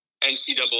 NCAA